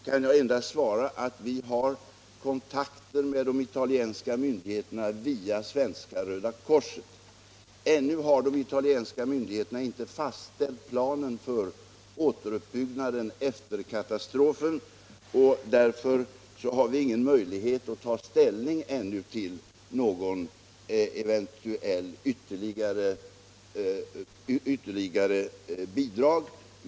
Herr talman! På de sista frågorna kan jag endast svara att vi har kontakter med de italienska myndigheterna via Svenska röda korset. Ännu har de italienska myndigheterna inte fastställt någon plan för återuppbyggnaden efter katastrofen, och därför har vi ännu ingen möjlighet att ta ställning till något eventuellt ytterligare bidrag.